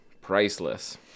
priceless